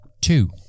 two